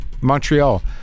Montreal